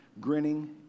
grinning